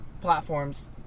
platforms